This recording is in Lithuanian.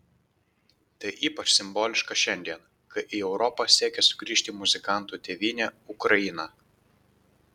tai ypač simboliška šiandien kai į europą siekia sugrįžti muzikantų tėvynė ukraina